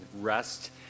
rest